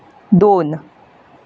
दोन